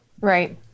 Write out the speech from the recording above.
Right